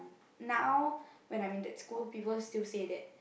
now when I'm in that school people still say that